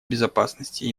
безопасности